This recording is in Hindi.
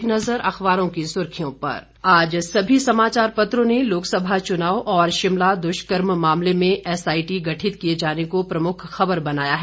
एक नज़र अखबारों की सुर्खियों पर आज सभी समाचार पत्रों ने लोकसभा चुनाव और शिमला दुष्कर्म मामले में एसआईटी गठित किए जाने को प्रमुख खबर बनाया है